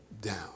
down